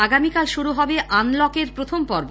আগামীকাল শুরু হবে আনলক এর প্রখম পর্ব